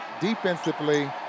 defensively